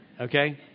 okay